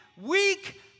weak